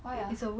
why ah